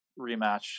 rematch